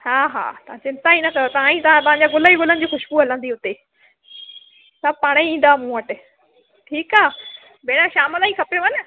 हा हा तव्हां चिंता ई न तव्हां ई तव्हां तव्हांजे गुल ई गुलनि जी ख़ुशबू हलंदी हुते सभु पाणही ईंदा मूं वटि ठीकु आहे भेण शाम ताईं खपेव न